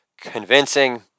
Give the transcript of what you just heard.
convincing